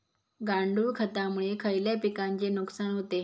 गांडूळ खतामुळे खयल्या पिकांचे नुकसान होते?